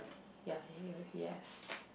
ya he will yes